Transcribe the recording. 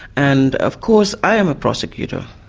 and of course, i am a prosecutor,